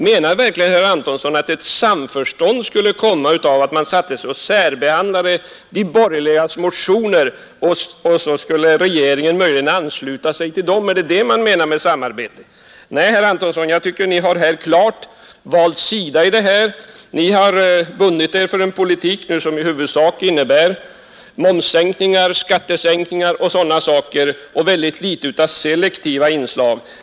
Menar verkligen herr Antonsson att ett samförstånd skulle komma av att man satte sig ned och särbehandlade de borgerligas motioner, och sedan skulle regeringen möjligen ansluta sig till dem? Är det vad ni menar med samarbete? Nej, herr Antonsson, jag tycker att ni i detta fall klart har valt sida. Ni har bundit er för en politik, som i huvudsak innebär momssänkningar, skattesänkningar och sådana saker men mycket av litet av selektiva inslag.